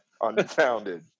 unfounded